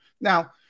now